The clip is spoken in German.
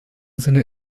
sinne